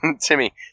Timmy